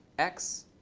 x,